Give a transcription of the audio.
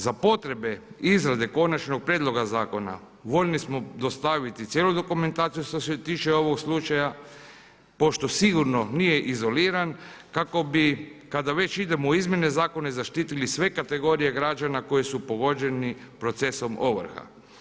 Za potrebe izrade konačnog prijedloga zakona voljni smo dostaviti cijelu dokumentaciju što se tiče ovog slučaja pošto sigurno nije izoliran kako bi kada već idemo u izmjene zakona zaštitili sve kategorije građana koje su pogođene procesom ovrha.